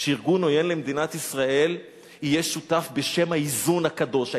שארגון עוין למדינת ישראל יהיה שותף בשם האיזון הקדוש.